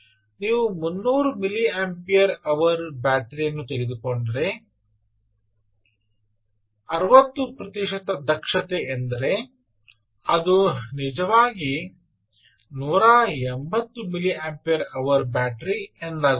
ನೀವು 300 milliampere hour battery ಯನ್ನು ತೆಗೆದುಕೊಂಡರೆ 60 ಪ್ರತಿಶತ ದಕ್ಷತೆ ಎಂದರೆ ಅದು ನಿಜವಾಗಿ 180 ಮಿಲಿಯಂಪೇರ್ ಅವರ್ ಬ್ಯಾಟರಿ ಎಂದಾಗುತ್ತದೆ